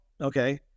okay